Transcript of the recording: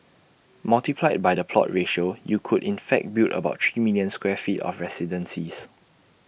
multiplied by the plot ratio you could in fact build about three million square feet of residences